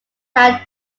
had